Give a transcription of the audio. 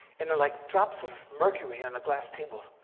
and they're like drops of mercury on a glass table.